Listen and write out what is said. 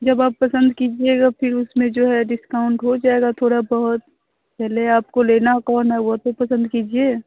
जब आप पसंद कीजिएगा फिर उसमें जो है डिस्काउंट हो जाएगा थोड़ा बहुत पहले आपको लेना कौन है वह तो पसंद कीजिए